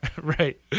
Right